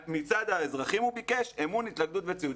מצד האזרחים הוא ביקש, אמון, התלכדות וציות.